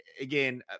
again